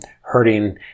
hurting